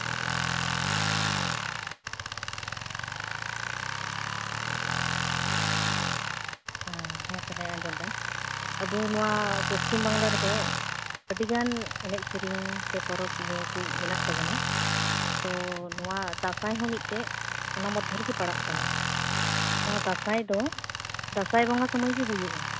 ᱦᱮᱸ ᱛᱟᱦᱞᱮ ᱟᱸᱡᱚᱢᱵᱮᱱ ᱟᱵᱚ ᱱᱚᱣᱟ ᱯᱚᱥᱪᱤᱢ ᱵᱟᱝᱞᱟ ᱨᱮᱫᱚ ᱟᱹᱰᱤᱜᱟᱱ ᱮᱱᱮᱡ ᱥᱮᱨᱮᱧ ᱥᱮ ᱯᱚᱨᱚᱵᱽ ᱤᱭᱟᱹ ᱠᱚ ᱢᱮᱱᱟᱜ ᱛᱟᱵᱚᱱᱟ ᱛᱚ ᱱᱚᱣᱟ ᱫᱟᱸᱥᱟᱭ ᱦᱚᱸ ᱢᱤᱫᱴᱮᱱ ᱚᱱᱟ ᱢᱚᱫᱽᱫᱷᱮ ᱨᱮᱜᱮ ᱯᱟᱲᱟᱜ ᱠᱟᱱᱟ ᱱᱚᱣᱟ ᱫᱟᱸᱥᱟᱭ ᱫᱚ ᱫᱟᱸᱥᱟᱭ ᱵᱚᱸᱜᱟ ᱥᱚᱢᱚᱭ ᱜᱮ ᱦᱩᱭᱩᱜᱼᱟ